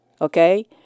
Okay